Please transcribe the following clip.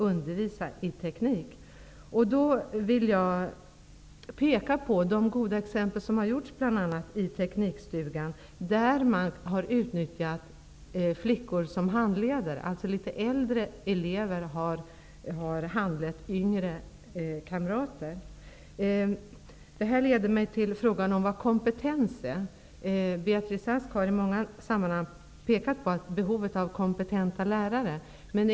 Jag vill peka på några goda exempel från bl.a. Teknikstugan. Där har man utnyttjat flickor som handledare. Litet äldre elever har alltså handlett yngre kamrater. Detta resonemang leder mig till frågan om vad kompetens är. Beatrice Ask har i många sammanhang pekat på behovet av kompetenta lärare.